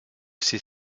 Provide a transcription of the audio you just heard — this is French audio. ses